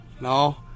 No